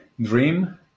dream